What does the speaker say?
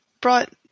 brought